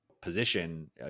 position